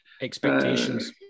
expectations